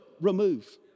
remove